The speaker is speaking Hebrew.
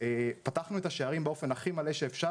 פתחנו את השערים באופן הכי מלא שאפשר.